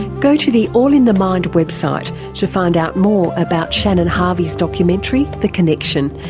go to the all in the mind website to find out more about shannon harvey's documentary the connection,